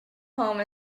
home